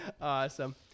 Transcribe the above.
awesome